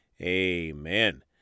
amen